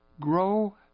Grow